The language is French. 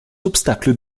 obstacles